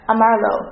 Amarlo